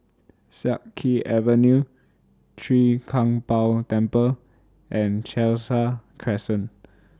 Siak Kew Avenue Chwee Kang Beo Temple and Khalsa Crescent